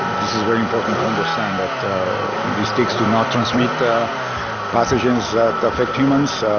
ah this is very important to understand that these ticks do not transmit pathogens that affect humans.